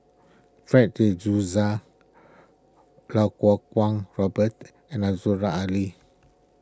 Fred De Souza Kau Kuo Kwong Robert and Aziza Ali